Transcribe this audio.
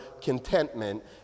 contentment